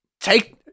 Take